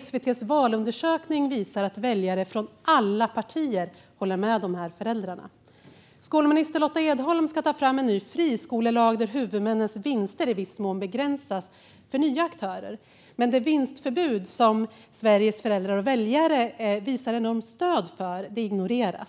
SVT:s valundersökning visar att väljare från alla partier håller med de här föräldrarna. Skolminister Lotta Edholm ska ta fram en ny friskolelag där huvudmännens vinster i viss mån begränsas för nya aktörer men där vinstförbud, som Sveriges föräldrar och väljare visar enormt stöd för, ignoreras.